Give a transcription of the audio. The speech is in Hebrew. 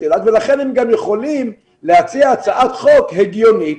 אילת ולכן הם גם יכולים להציע הצעת חוק הגיונית